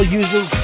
using